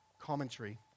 commentary